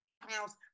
house